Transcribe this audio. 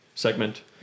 Segment